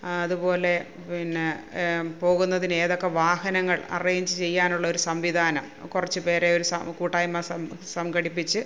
അതുപോലെ പിന്നെ പോകുന്നതിന് ഏതൊക്കെ വാഹനങ്ങൾ അറേഞ്ച് ചെയ്യാനുള്ള ഒരു സംവിധാനം കുറച്ച് പേരെ ഒരു കൂട്ടായ്മ സംഘടിപ്പിച്ച്